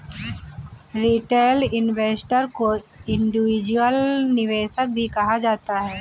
retail investor को individual निवेशक भी कहा जाता है